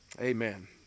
Amen